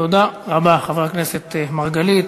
תודה רבה, חבר הכנסת מרגלית.